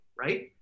Right